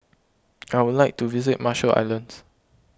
I would like to visit Marshall Islands